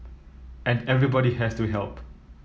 and everybody has to help